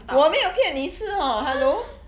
我没有骗你吃 hor hello